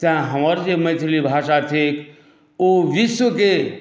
तेँ हमर जे मैथिली भाषा थिक ओ विश्वके